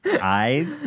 eyes